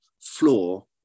floor